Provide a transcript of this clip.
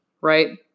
right